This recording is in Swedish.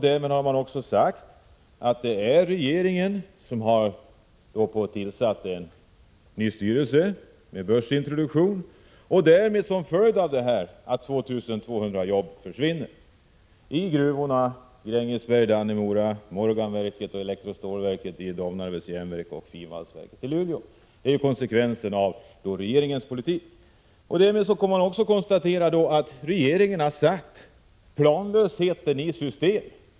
Därmed har han också sagt att det är regeringen som har tillsatt en ny styrelse, vilket medfört börsintroduktion och att 2 200 jobb försvinner i gruvorna i Grängesberg och Dannemora, i Morgan-verket och elektrostålverket i Domnarvets järnverk och frivalsverket i Luleå. Därmed får man också konstatera att regeringen satt planlösheten i system.